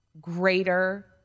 greater